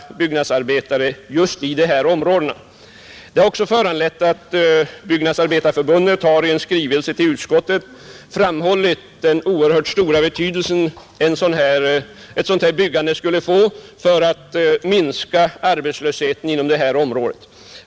Det har också föranlett Byggnadsarbetareförbundet att i en skrivelse till utskottet framhålla den oerhört stora betydelse ett sådant här byggande skulle få för att minska arbetslösheten i området.